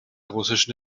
russischen